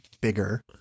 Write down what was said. bigger